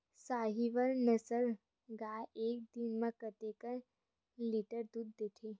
साहीवल नस्ल गाय एक दिन म कतेक लीटर दूध देथे?